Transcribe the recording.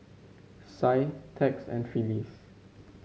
Sie Tex and Phyliss